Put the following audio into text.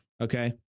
okay